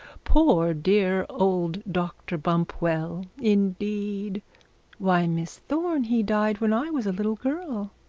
poor dear old dr bumpwell, indeed why, miss thorne, he died when i was a little girl